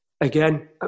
again